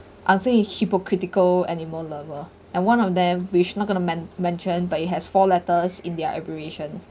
I'll say it hypocritical animal lover and one of them which I'm not going to men~ mention but it has four letters in their aberration